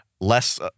less